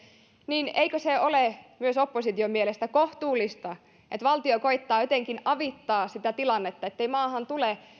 niin eikö se ole myös opposition mielestä kohtuullista että valtio koettaa jotenkin avittaa sitä tilannetta ettei maahan tule